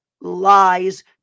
lies